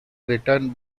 written